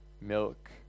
milk